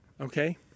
okay